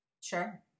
sure